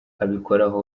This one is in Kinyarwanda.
abikoraho